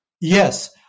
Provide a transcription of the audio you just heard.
Yes